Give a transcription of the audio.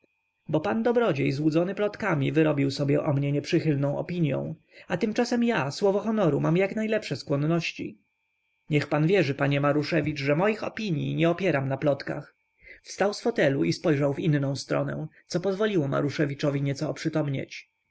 bo pan dobrodziej złudzony plotkami wyrobił sobie o mnie nieprzychylną opinią a tymczasem ja słowo honoru mam jaknajlepsze skłonności niech pan wierzy panie maruszewicz że moich opinij nie opieram na plotkach wstał z fotelu i spojrzał w inną stronę co pozwoliło maruszewiczowi nieco oprzytomnieć